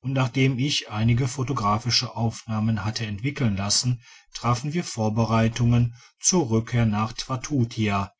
und nachdem ich einige photographische aufnahmen hatte entwickeln lassen trafen wir vorbereitungen zur rückkehr nach twatutia